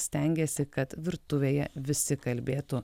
stengėsi kad virtuvėje visi kalbėtų